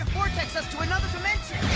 ah vortex us to another dimension!